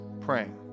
praying